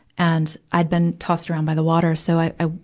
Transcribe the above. and i'd been tossed around by the water, so i,